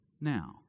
now